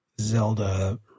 Zelda